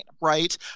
right